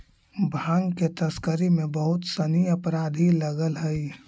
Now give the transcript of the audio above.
भाँग के तस्करी में बहुत सनि अपराधी लगल हइ